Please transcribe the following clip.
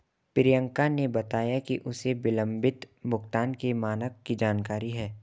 प्रियंका ने बताया कि उसे विलंबित भुगतान के मानक की जानकारी है